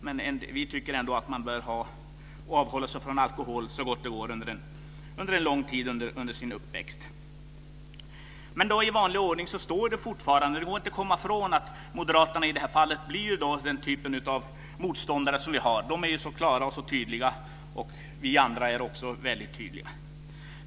Men vi tycker att man bör avhålla sig från alkohol så gott det går under en lång tid under sin uppväxt. Men i vanlig ordning går det inte att komma ifrån att moderaterna i detta fall blir den typen av motståndare som vi har. De är så klara och tydliga, och vi andra är också väldigt tydliga.